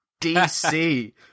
DC